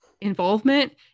involvement